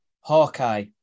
Hawkeye